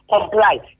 comply